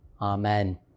Amen